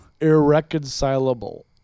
irreconcilable